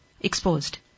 exposed